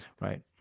right